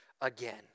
again